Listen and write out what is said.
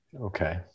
Okay